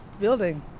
building